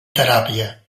teràpia